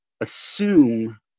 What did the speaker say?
assume